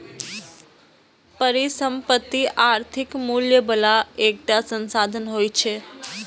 परिसंपत्ति आर्थिक मूल्य बला एकटा संसाधन होइ छै